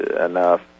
enough